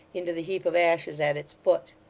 into the heap of ashes at its foot.